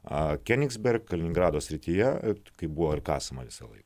keningsberg kaliningrado srityje kaip buvo ir kasama visąlaik